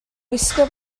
wisgo